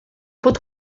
pot